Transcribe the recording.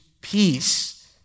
peace